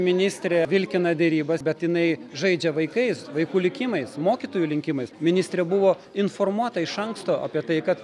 ministrė vilkina derybas bet jinai žaidžia vaikais vaikų likimais mokytojų likimais ministrė buvo informuota iš anksto apie tai kad